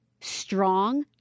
strong